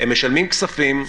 הם משלמים כספים,